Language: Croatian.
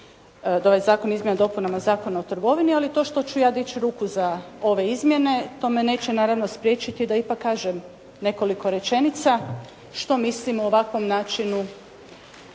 ovaj zakon o izmjenama i dopunama Zakona o trgovini, ali to što ću ja dići ruku za ove izmjene, to me neće naravno spriječiti da ipak kažem nekoliko rečenica što mislim o ovakvom načinu